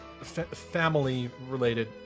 family-related